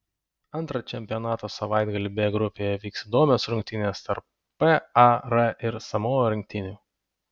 antrą čempionato savaitgalį b grupėje vyks įdomios rungtynės tarp par ir samoa rinktinių